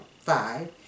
five